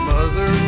Mother